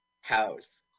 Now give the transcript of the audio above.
House